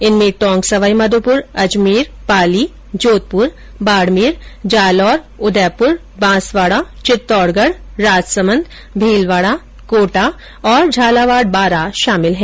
इनमें टोंक सवाईमाधोपुर अजमेर पाली जोधपुर बाडमेर जालौर उदयपुर बांसवाडा चित्तौडगढ राजसमंद भीलवाडा कोटा और झालावाड बारा शामिल है